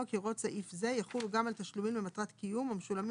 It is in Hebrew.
כי הוראות סעיף זה יחולו גם על תשלומים למטרת קיום המשולמים